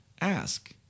ask